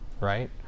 right